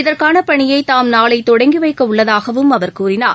இதற்காகபணியைதாம் நாளைதொடங்கிவைக்கஉள்ளதாகவும் அவர் கூறிணார்